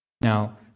Now